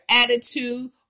attitude